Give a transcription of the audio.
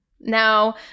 Now